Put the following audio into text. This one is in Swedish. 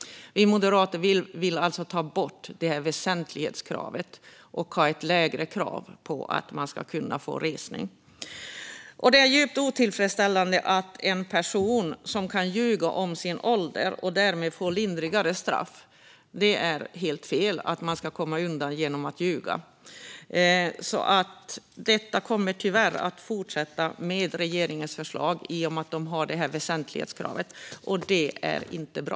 Vi moderater vill alltså ta bort det här väsentlighetskravet och ha ett lägre krav för att man ska kunna få resning. Det är djupt otillfredsställande att en person kan ljuga om sin ålder och därmed få lindrigare straff. Det är helt fel att man ska kunna komma undan genom att ljuga. Detta kommer tyvärr att fortsätta med regeringens förslag i och med väsentlighetskravet. Det är inte bra.